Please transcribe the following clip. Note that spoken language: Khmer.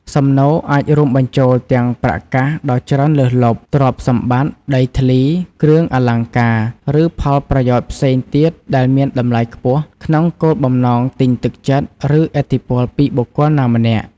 សំណូក អាចរួមបញ្ចូលទាំងប្រាក់កាសដ៏ច្រើនលើសលប់ ទ្រព្យសម្បត្តិ ដីធ្លី គ្រឿងអលង្ការ ឬផលប្រយោជន៍ផ្សេងទៀតដែលមានតម្លៃខ្ពស់ ក្នុងគោលបំណងទិញទឹកចិត្ត ឬឥទ្ធិពលពីបុគ្គលណាម្នាក់។